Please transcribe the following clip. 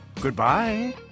Goodbye